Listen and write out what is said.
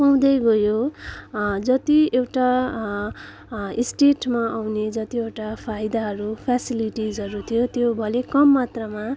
पाउँदै गयो जति एउटा स्टेटमा आउने जतिवटा फाइदाहरू फ्यासिलिटिजहरू थिए त्यो अलिक कम मात्रामा